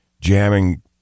jamming